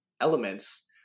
elements